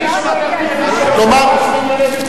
איש לא יגיד, ביטחון,